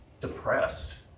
depressed